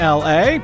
la